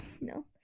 No